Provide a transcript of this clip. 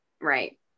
Right